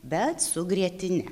bet su grietine